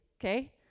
okay